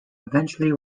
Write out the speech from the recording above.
eventually